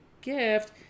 gift